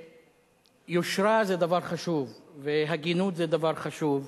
יושרה והגינות אלה דברים חשובים,